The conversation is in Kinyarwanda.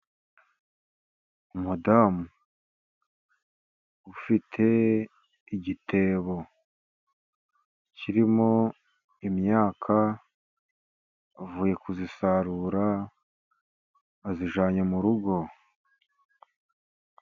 Umudamu ufite igitebo kirimo imyaka, avuye kuyisarura ayijyanye mu rugo.